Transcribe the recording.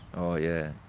oh yeah.